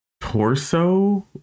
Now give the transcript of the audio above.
torso